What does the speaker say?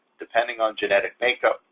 depending on genetic makeup,